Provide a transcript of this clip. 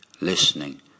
listening